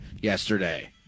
yesterday